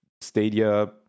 Stadia